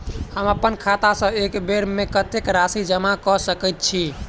हम अप्पन खाता सँ एक बेर मे कत्तेक राशि जमा कऽ सकैत छी?